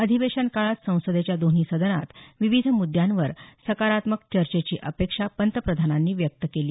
अधिवेशन काळात संसदेच्या दोन्ही सदनात विविध मृद्यांवर सकारात्मक चर्चेची अपेक्षा पंतप्रधानांनी व्यक्त केली